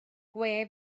gwe